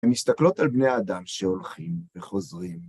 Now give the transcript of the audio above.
ומסתכלות על בני אדם שהולכים וחוזרים.